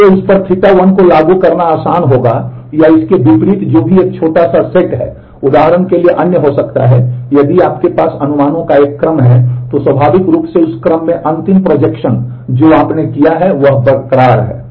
इसलिए उस पर Ɵ1 को लागू करना आसान होगा या इसके विपरीत जो भी एक छोटा सा सेट है उदाहरण के लिए अन्य हो सकता है यदि आपके पास अनुमानों का एक क्रम है तो स्वाभाविक रूप से उस क्रम में अंतिम प्रोजेक्शन जो आपने किया है वह बरकरार है